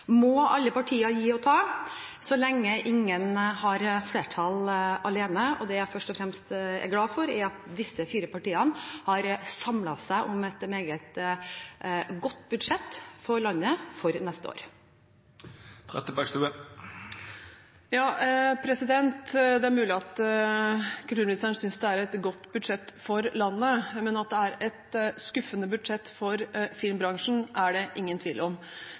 må alle partier gi og ta så lenge ingen har flertall alene. Det jeg først og fremst er glad for, er at disse fire partiene har samlet seg om et meget godt budsjett for landet neste år. Det er mulig kulturministeren synes det er et godt budsjett for landet, men at det er et skuffende budsjett for filmbransjen, er det ingen tvil om.